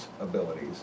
abilities